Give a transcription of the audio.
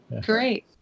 great